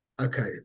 okay